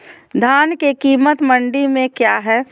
धान के कीमत मंडी में क्या है?